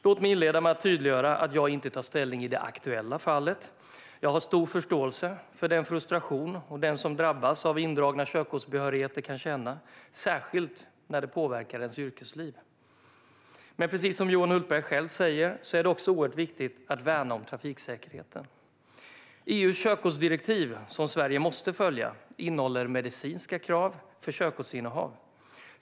Låt mig inleda med att tydliggöra att jag inte tar ställning i det aktuella fallet. Jag har stor förståelse för den frustration den som drabbas av indragna körkortsbehörigheter kan känna, särskilt när det påverkar ens yrkesliv. Men precis som Johan Hultberg själv säger är det också oerhört viktigt att värna om trafiksäkerheten. EU:s körkortsdirektiv, som Sverige måste följa, innehåller medicinska krav för körkortsinnehav.